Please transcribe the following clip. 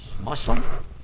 Muslim